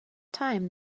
time